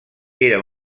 era